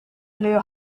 blew